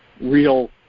real